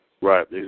Right